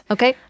Okay